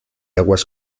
aguas